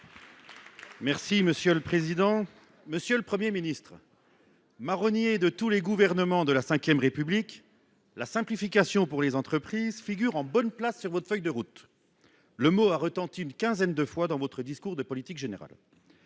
Les Républicains. Monsieur le Premier ministre, marronnier de tous les gouvernements de la V République, la simplification pour les entreprises figure en bonne place sur votre feuille de route. Ces mots ont retenti une quinzaine de fois dans votre discours de politique générale.